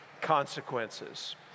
consequences